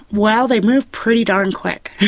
well, they moved pretty darn quick.